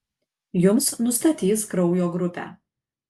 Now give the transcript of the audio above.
jums nustatys kraujo grupę